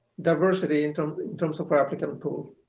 diversity in terms in terms of our applicant pool.